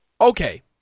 Okay